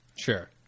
Sure